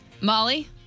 Molly